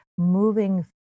moving